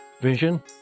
vision